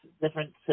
different